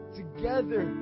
together